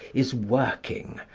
is working,